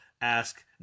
ask